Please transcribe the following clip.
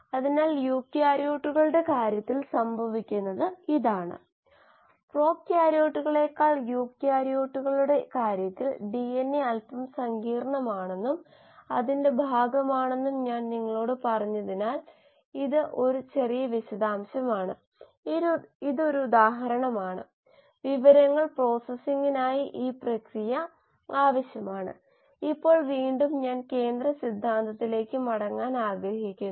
ജ്യാമിതീയ മാനദണ്ഡങ്ങളുടെ തുല്യതയും സ്കെയിൽ അപ്പ് സമയത്ത് പ്രവർത്തന മാനദണ്ഡങ്ങളുടെ തുല്യതയും പരിപാലിക്കേണ്ടതുണ്ടെന്ന് നമ്മൾ പറഞ്ഞു അപ്പോൾ മാത്രമേ നമുക്ക് കുറഞ്ഞ അളവിൽ നമുക്ക് ലഭിച്ച ഏത് ഫലവും ഉയർന്ന തോതിൽ ബാധകമാകുമെ ന്ന്പ്രതീക്ഷിക്കാനാകൂ